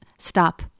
stop